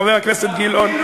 חבר הכנסת גילאון,